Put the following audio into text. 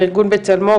מארגון בצלמו,